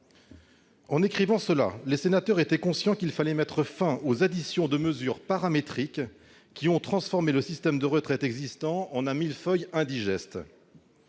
anciens collègues étaient conscients qu'il fallait mettre fin aux additions de mesures paramétriques, qui ont transformé le système de retraite existant en un millefeuille indigeste.